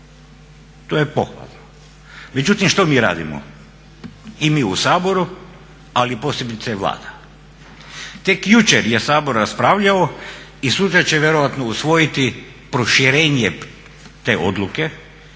To je pohvalno,